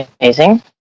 amazing